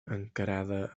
encarada